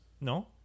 no